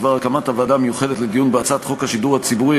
בדבר הקמת הוועדה המיוחדת לדיון בהצעת חוק השידור הציבורי,